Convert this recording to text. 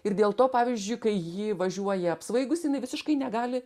ir dėl to pavyzdžiui kai ji važiuoja apsvaigusi jinai visiškai negali